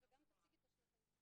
וגם תציגי את עצמך, אם אפשר.